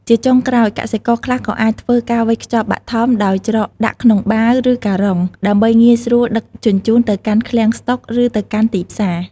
ជាចុងក្រោយ កសិករខ្លះក៏អាចធ្វើ ការវេចខ្ចប់បឋម ដោយច្រកដាក់ក្នុងបាវ ឬការុង ដើម្បីងាយស្រួលដឹកជញ្ជូនទៅកាន់ឃ្លាំងស្តុក ឬទៅកាន់ទីផ្សារ។